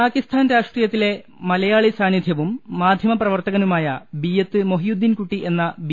പാകിസ്ഥാൻ രാഷ്ട്രീയത്തിലെ മലയാളി സാന്നിധൃവും മാധ്യമപ്ര വർത്തകനുമായ ബിയ്യത്ത് മൊഹിയുദ്ദീൻകുട്ടി എന്ന ബി